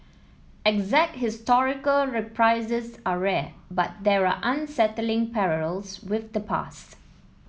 exact historical reprises are rare but there are unsettling parallels with the past